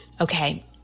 Okay